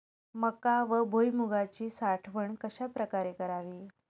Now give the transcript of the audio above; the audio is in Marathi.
मका व भुईमूगाची साठवण कशाप्रकारे करावी?